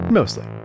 mostly